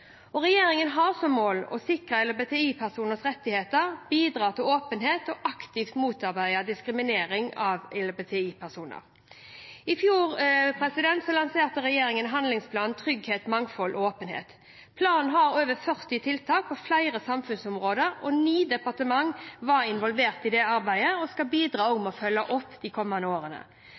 Regjeringen har som mål å sikre LHBTI-personers rettigheter, bidra til åpenhet og aktivt motarbeide diskriminering av LHBTI-personer. I fjor lanserte regjeringen handlingsplanen «Trygghet, mangfold og åpenhet». Planen har over 40 tiltak på flere samfunnsområder, og ni departement var involvert i arbeidet og skal bidra til å følge den opp de kommende årene.